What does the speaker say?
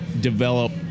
develop